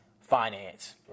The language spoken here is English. finance